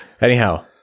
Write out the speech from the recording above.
Anyhow